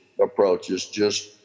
approaches—just